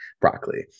broccoli